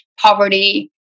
poverty